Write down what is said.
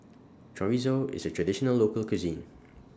Chorizo IS A Traditional Local Cuisine